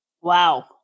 Wow